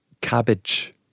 Cabbage